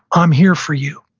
i'm here for you.